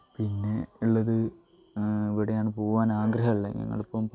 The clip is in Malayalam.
പിന്നെ ഉള്ളത് ഇവടെയാണ് പോവാൻ ആഗ്രഹമുള്ളത് ഞങ്ങൾ ഇപ്പം